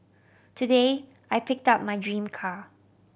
today I picked up my dream car